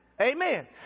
amen